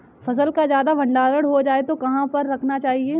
फसल का ज्यादा भंडारण हो जाए तो कहाँ पर रखना चाहिए?